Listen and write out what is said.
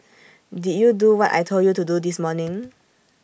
did you do what I Told you to do this morning